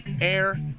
air